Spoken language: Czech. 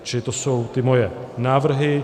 Čili to jsou ty moje návrhy.